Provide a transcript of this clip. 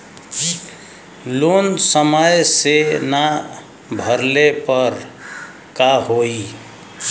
Loan समय से ना भरले पर का होयी?